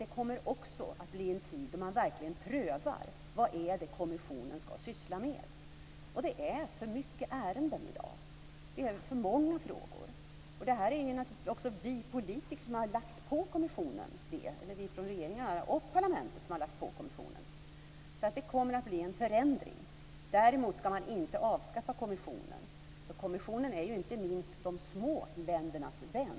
Det kommer också att bli en tid då man verkligen prövar vad kommissionen skall syssla med. Det är för många ärenden i dag. Det är för många frågor. Det är naturligtvis vi politiker i regeringar och parlament som har lagt på kommissionen detta. Det kommer att bli en förändring. Däremot skall man inte avskaffa kommissionen. Den är ju ofta inte minst de små ländernas vän.